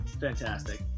fantastic